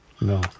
No